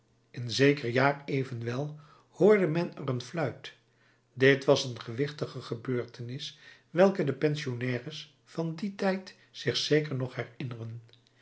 in zeker jaar evenwel hoorde men er een fluit dit was een gewichtige gebeurtenis welke de pensionnaires van dien tijd zich zeker nog herinneren